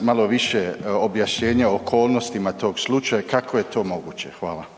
malo više objašnjenja o okolnostima tog slučaja, kako je to moguće? Hvala.